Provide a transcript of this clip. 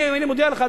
אני מודיע לך,